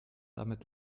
damit